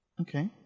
Okay